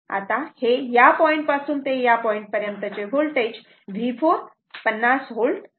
आता हे या पॉईंट पासून ते या पॉईंट पर्यंतचे होल्टेज V4 50 V आहे